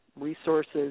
resources